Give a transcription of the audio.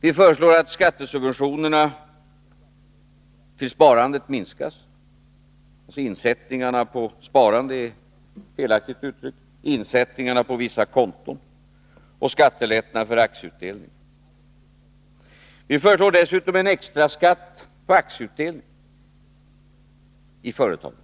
Vi föreslår att skattesubventionerna till sparandet minskas, genom att insättningarna på skattesparkonto och skattefondkonto samt utdelningen på aktier inte ges samma skattereducerande effekt som tidigare. Vi föreslår dessutom en extra skatt på aktieutdelningen i företagen.